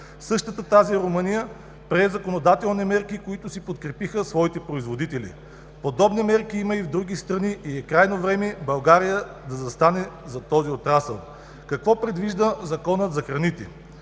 Същата тази Румъния прие законодателни мерки, които си подкрепиха своите производители. Подобни мерки има и в други страни. Крайно време е България да застане зад този отрасъл. Какво предвижда Законът за храните?